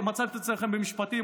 מצאתם את עצמכם במשפטים,